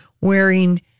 wearing